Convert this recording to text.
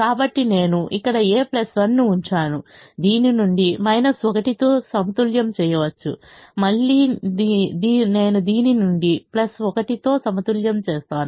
కాబట్టి నేను ఇక్కడ a 1 ను ఉంచాను దీని నుండి 1 తో సమతుల్యం చేయవచ్చు మళ్ళీ నేను దీని నుండి 1 తో సమతుల్యం చేస్తాను